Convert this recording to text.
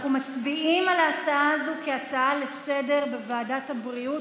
אנחנו מצביעים על ההצעה הזאת כהצעה לסדר-היום בוועדת הבריאות,